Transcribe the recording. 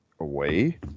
away